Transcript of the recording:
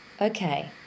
Okay